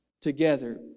together